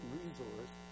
resource